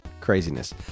craziness